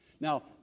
Now